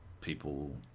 people